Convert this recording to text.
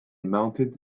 mounted